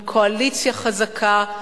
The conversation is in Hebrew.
עם קואליציה חזקה,